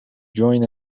join